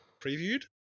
previewed